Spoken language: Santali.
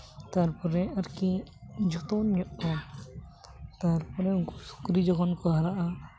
ᱛᱟᱨᱯᱚᱨᱮ ᱟᱨᱠᱤ ᱡᱚᱛᱚᱱ ᱦᱩᱭᱩᱜ ᱛᱟᱢᱟ ᱛᱟᱨᱯᱚᱨᱮ ᱩᱱᱠᱩ ᱥᱩᱠᱨᱤ ᱡᱚᱠᱷᱚᱱ ᱠᱚ ᱦᱟᱨᱟᱜᱼᱟ